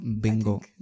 Bingo